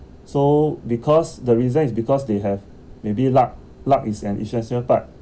so because the reason is because they have maybe luck luck is an essential part